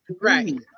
right